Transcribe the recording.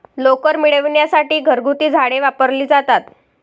लोकर मिळविण्यासाठी घरगुती झाडे वापरली जातात